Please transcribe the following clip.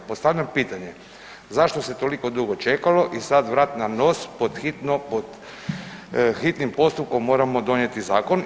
Postavljam pitanje zašto se toliko dugo čekalo i sad vrat na nos pod hitno, pod hitnim postupkom moramo donijeti zakon.